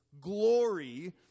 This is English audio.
glory